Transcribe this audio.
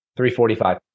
345